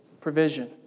provision